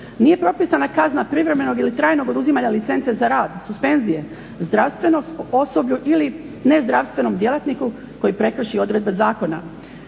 Nije propisana kazna privremenog ili trajnog oduzimanja licence za rad i suspenzije zdravstvenom osoblju ili nezdravstvenom djelatniku koji prekrši odredbe zakona.